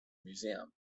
museum